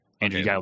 Andrew